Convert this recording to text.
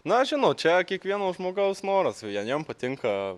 na žinot čia kiekvieno žmogaus noras vieniem patinka